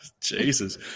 Jesus